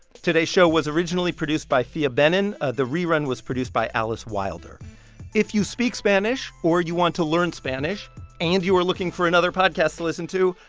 today's show was originally produced by phia bennin. ah the rerun was produced by alice wilder if you speak spanish or you want to learn spanish and you are looking for another podcast to listen to,